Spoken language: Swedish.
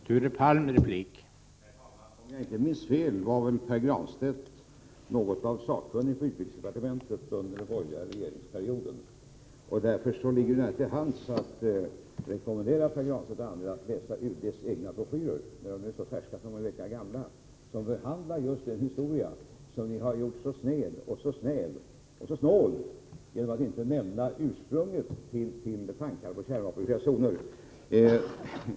Herr talman! Om jag inte minns fel var Pär Granstedt något slags sakkunnig i utrikesdepartementet under den borgerliga regeringsperioden. Därför ligger det nära till hands att rekommendera honom och andra att även i fortsättningen läsa UD:s innehållsrika broschyrer. Den senaste är så färsk att den kom för endast någon vecka sedan, och den behandlar just den historia som ni gjort så sned, så snäv och så snål genom att inte nämna ursprunget till tankarna om den kärnvapenfria zonen.